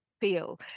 feel